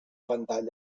pantalla